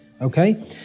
okay